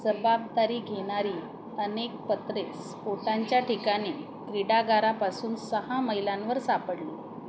जबाबदारी घेणारी अनेक पत्रे स्फोटांच्या ठिकाणी क्रीडागारापासून सहा मैलांवर सापडली